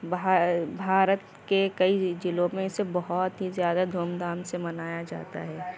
بھارت کے کئی ضلعوں میں اسے بہت ہی زیادہ دھوم دھام سے منایا جاتا ہے